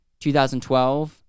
2012